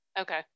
Okay